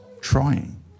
trying